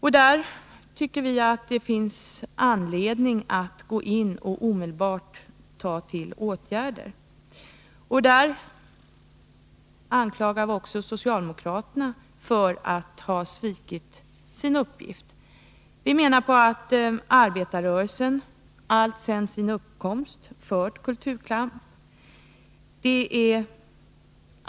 Vi tycker det finns anledning att omedelbart vidta åtgärder mot detta. Där anklagar vi också socialdemokraterna för att ha svikit sin uppgift. Vi menar att arbetarrörelsen alltsedan sin uppkomst fört kulturkamp.